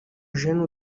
jeune